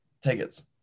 tickets